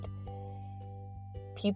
people